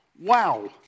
Wow